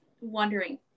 wondering